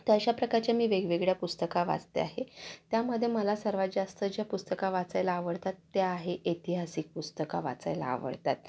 तर अशा प्रकारचे मी वेगवेगळ्या पुस्तकं वाचत आहे त्यामध्ये मला सर्वात जास्त जे पुस्तकं वाचायला आवडतात ते आहे ऐतिहासिक पुस्तकं वाचायला आवडतात